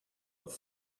have